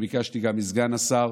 וביקשתי גם מסגן השר,